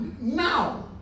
now